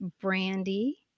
Brandy